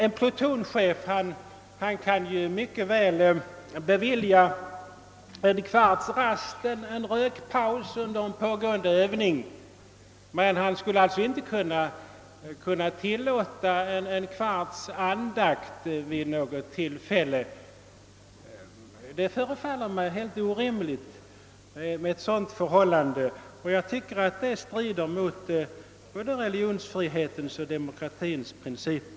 En plutonchef kan ju mycket väl bevilja en kvarts rast för en rökpaus under pågående övning, men han skulle alltså enligt bestämmelserna inte kunna tilllåta en kverts andakt vid något tillfälle. Ett sådant förhållande förefaller mig alldeles orimligt, och jag tycker att det strider mot både religionsfrihetens och demokratins principer.